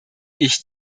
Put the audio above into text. ich